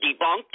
debunked